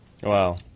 Wow